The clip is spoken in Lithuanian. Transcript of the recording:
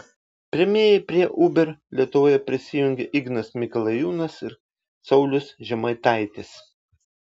pirmieji prie uber lietuvoje prisijungė ignas mikalajūnas ir saulius žemaitaitis